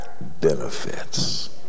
benefits